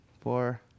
Four